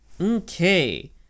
Okay